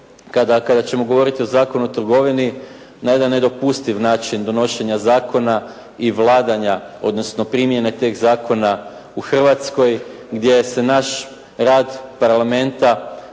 kada ćemo govoriti o Zakonu o trgovini, na jedan nedopustiv način donošenja zakona i vladanja odnosno primjene tih zakona u Hrvatskoj gdje se naš rad Parlamenta